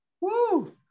Woo